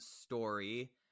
story